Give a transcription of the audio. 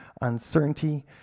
uncertainty